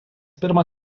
pirmą